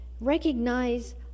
Recognize